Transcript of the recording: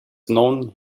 known